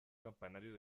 campanario